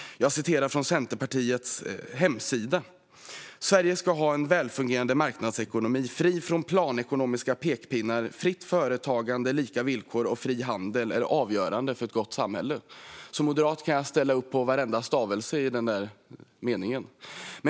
Jag citerar från Centerpartiets hemsida: "Sverige ska ha en välfungerande marknadsekonomi, fri från planekonomiska pekpinnar. Fritt företagande, lika villkor och fri handel är avgörande för ett gott samhälle." Som moderat kan jag ställa upp på varenda stavelse i dessa meningar.